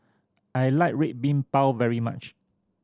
I like Red Bean Bao very much